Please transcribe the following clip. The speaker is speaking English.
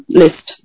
list